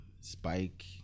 Spike